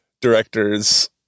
directors